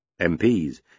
MPs